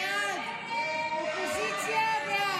הסתייגות 988 לא נתקבלה.